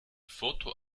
foto